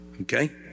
Okay